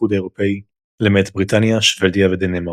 האיחוד האירופי, למעט בריטניה, שוודיה ודנמרק.